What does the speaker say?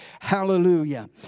Hallelujah